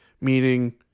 Meaning